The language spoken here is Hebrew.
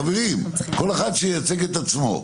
חברים, כל אחד שייצג את עצמו.